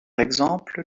exemple